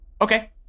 Okay